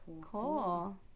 Cool